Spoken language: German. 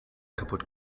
kaputt